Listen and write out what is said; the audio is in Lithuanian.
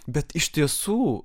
bet iš tiesų